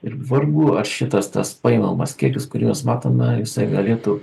ir vargu ar šitas tas paimamas kiekis kuriuos matomejisai galėtų